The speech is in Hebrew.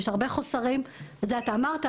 הרבה חוסרים את זה אתה אמרת,